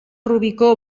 rubicó